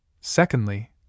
Secondly